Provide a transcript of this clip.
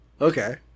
Okay